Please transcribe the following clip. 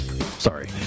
Sorry